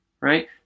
right